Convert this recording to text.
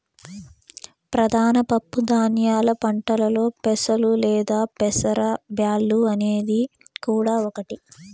ప్రధాన పప్పు ధాన్యాల పంటలలో పెసలు లేదా పెసర బ్యాల్లు అనేది కూడా ఒకటి